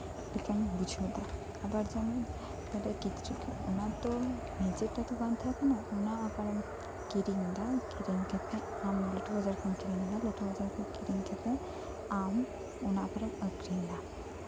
ᱚᱱᱠᱟᱧ ᱵᱩᱡᱷᱟᱹᱣ ᱫᱟ ᱟᱫᱚ ᱡᱮᱢᱚᱱ ᱡᱟᱟᱸ ᱴᱷᱮᱡ ᱠᱤᱪᱨᱤᱡ ᱠᱚ ᱫᱚ ᱱᱤᱡᱮ ᱛᱮᱫᱚ ᱛᱚ ᱵᱟᱝ ᱛᱟᱦᱮᱸᱱ ᱠᱟᱱᱟ ᱚᱱᱟ ᱟᱵᱟᱨᱮᱢ ᱠᱤᱨᱤᱧ ᱫᱟ ᱠᱤᱨᱤᱧ ᱠᱟᱛᱮ ᱟᱢ ᱞᱟᱹᱴᱩ ᱵᱟᱡᱟᱨ ᱠᱷᱚᱡ ᱮᱢ ᱠᱤᱨᱤᱧ ᱫᱟ ᱠᱤᱨᱤᱧ ᱠᱟᱛᱮ ᱟᱢ ᱚᱱᱟ ᱟᱵᱟᱨᱮᱢ ᱟᱠᱷᱨᱤᱧ ᱫᱟ